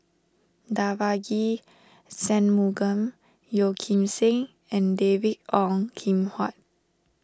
Devagi Sanmugam Yeo Kim Seng and David Ong Kim Huat